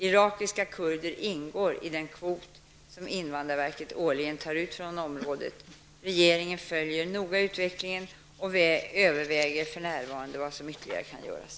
Irakiska kurder ingår i den kvot som invandrarverket årligen tar ut från området. Regeringen följer noga utvecklingen och överväger för närvarande vad som ytterligare kan göras.